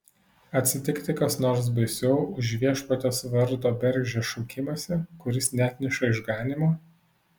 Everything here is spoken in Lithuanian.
atsitikti kas nors baisiau už viešpaties vardo bergždžią šaukimąsi kuris neatneša išganymo